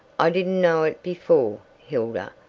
i didn't know it before, hilda,